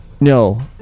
No